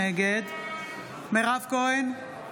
נגד מירב כהן,